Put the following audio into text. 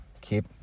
keep